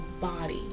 body